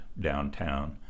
downtown